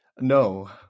No